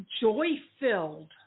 joy-filled